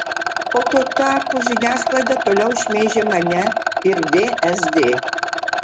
o tuo tarpu žiniasklaida toliau šmeižia mane ir vsd